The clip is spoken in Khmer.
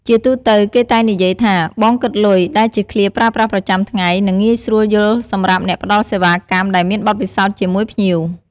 ជាទូទៅគេតែងនិយាយថា "បងគិតលុយ" ដែលជាឃ្លាប្រើប្រាស់ប្រចាំថ្ងៃ និងងាយស្រួលយល់សម្រាប់អ្នកផ្ដល់សេវាកម្មដែលមានបទពិសោធន៍ជាមួយភ្ញៀវ។